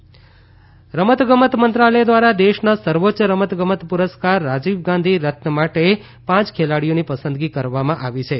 રાષ્ટ્રીય ખેલ પુરસ્કાર રમતગમત મંત્રાલય ધ્વારા દેશના સર્વોચ્ય રમત ગમત પુરસ્કાર રાજીવ ગાંધી રત્ન માટે પાંચ ખેલાડીઓની પસંદગી કરવામાં આવી છે